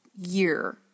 year